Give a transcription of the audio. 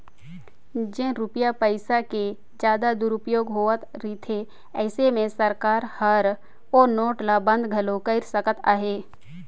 जेन रूपिया पइसा के जादा दुरूपयोग होत रिथे अइसे में सरकार हर ओ नोट ल बंद घलो कइर सकत अहे